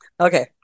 Okay